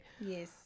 yes